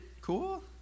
cool